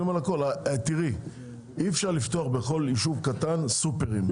אי אפשר לפתוח בכל יישוב קטן סופרים.